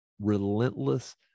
relentless